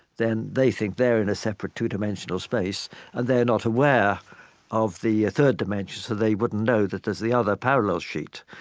then they think they are in a separate two-dimensional space and they're not aware of the third dimension. so they wouldn't know that there is the other parallel sheet.